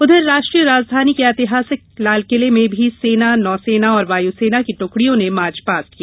उधर राष्ट्रीय राजधानी के ऐतिहासिक लालकिले में भी सेना नौसेना और वायुसेना की ट्कड़ियों ने मार्चपास्ट किया